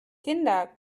kinder